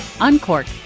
uncork